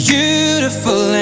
Beautiful